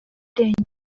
irengero